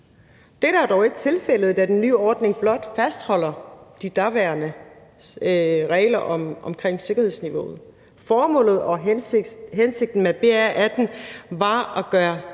Dette er dog ikke tilfældet, da den nye ordning blot fastholder de daværende regler omkring sikkerhedsniveauet. Formålet og hensigten med BR18 var at gøre